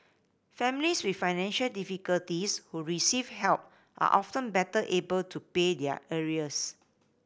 families with financial difficulties who receive help are often better able to pay their arrears